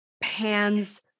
Pan's